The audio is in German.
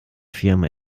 firma